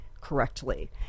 correctly